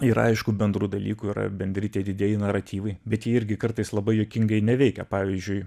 yra aišku bendrų dalykų yra bendri tie didieji naratyvai bet jie irgi kartais labai juokingai neveikia pavyzdžiui